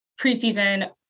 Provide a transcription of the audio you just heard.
preseason